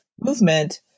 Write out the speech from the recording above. movement